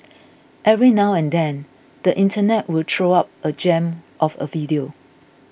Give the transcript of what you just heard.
every now and then the internet will throw up a gem of a video